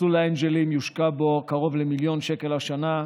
מסלול האנג'לים, יושקעו בו קרוב למיליון שקל השנה,